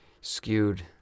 skewed